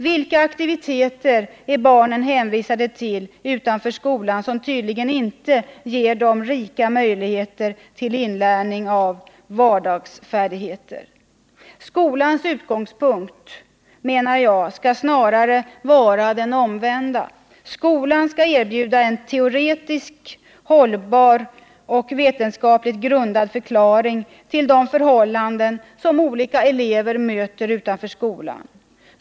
Vilka aktiviteter är barnen hänvisade till utanför skolan som tydligen inte ger dem rika möjligheter till inlärning av vardagsfärdigheter? Skolans utgångspunkt skall snarast vara den omvända! Skolan skall erbjuda teoretiskt hållbara och vetenskapligt grundade förklaringar till de förhållanden som olika elever möter utanför skolan.